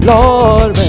Lord